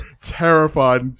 terrified